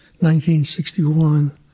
1961